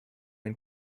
ein